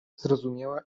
zrozumiała